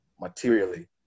materially